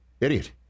idiot